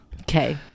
Okay